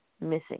missing